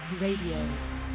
Radio